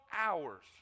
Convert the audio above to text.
hours